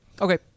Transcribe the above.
Okay